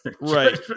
Right